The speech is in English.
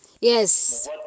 Yes